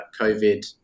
COVID